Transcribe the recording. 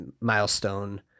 milestone